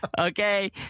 Okay